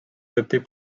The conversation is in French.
adaptée